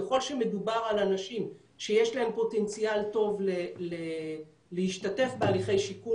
ככל שמדובר על אנשים שיש להם פוטנציאל טוב להשתתף בהליכי שיקום